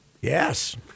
yes